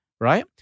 Right